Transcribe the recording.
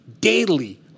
daily